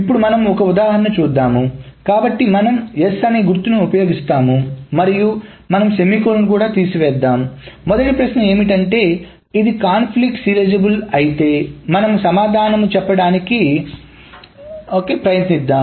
ఇప్పుడు మనం ఒక ఉదాహరణ చూద్దాం కాబట్టి మనము S అనే గుర్తును ఉపయోగిస్తాము మరియు మనము సెమికోలన్లను కూడా తీసి వేద్దాం మొదటి ప్రశ్న ఏమిటంటే ఇది కాన్ఫ్లిక్ట్ సీరియలైజేబుల్ అయితేమనము సమాధానం చెప్పడానికి ప్రయత్నిద్దాం